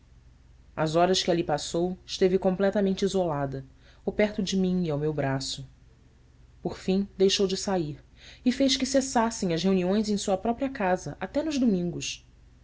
as horas que ali passou esteve completamente isolada ou perto de mim e ao meu braço por fim deixou de sair e fez que cessassem as reuniões em sua própria casa até nos domingos